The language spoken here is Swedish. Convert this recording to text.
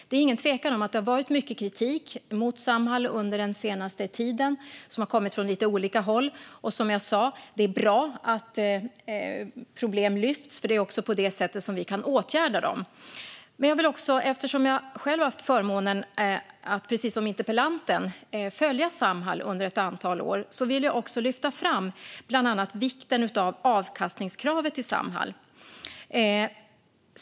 Det är inget tvivel om att det har kommit mycket kritik mot Samhall den senaste tiden. Den har kommit från lite olika håll. Som jag sa är det bra att problem lyfts upp, för det är på det sättet vi kan åtgärda dem. Men eftersom jag själv precis som interpellanten haft förmånen att följa Samhall under ett antal år vill jag också lyfta fram bland annat vikten av avkastningskravet i Samhall.